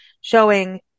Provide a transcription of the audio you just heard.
showing